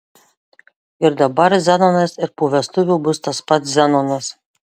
ir dabar zenonas ir po vestuvių bus tas pats zenonas